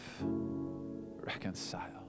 reconcile